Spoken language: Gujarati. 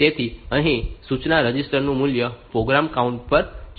તેથી અહીં સૂચના રજીસ્ટર નું મૂલ્ય પ્રોગ્રામ કાઉન્ટર પર જવું જોઈએ